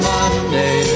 Monday